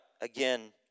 again